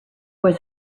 was